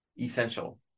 essential